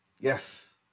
Yes